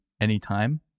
anytime